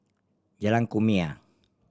Jalan Kumia